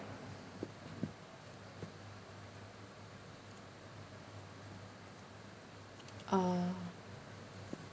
uh